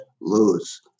lose